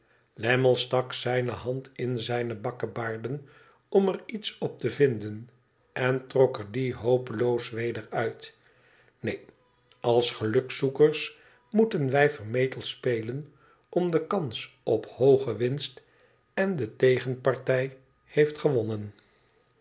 lammie stak zijne hand in zijne bakkebaarden om er iets op te vinden en trok er die hopeloos weder uit ineen als gelukzoekers moeten wij vermetel spelen om de kans op hooge winst en de tegenpartij heeft gewonnen